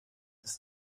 ist